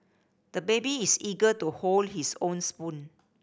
the baby is eager to hold his own spoon